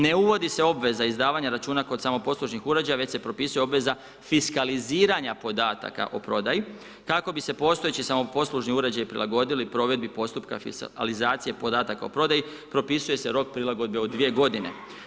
Ne uvodi se obveza izdavanja računa kod samoposlužnih uređaja, već se propisuje obveza fiskaliziranja podataka o prodaji, kako bi se postojeći samoposlužni uređaji prilagodili provedbi postupka fiskalizacije podataka o prodaji, propisuje se rok prilagodbe od 2-je godine.